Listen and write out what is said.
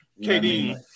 KD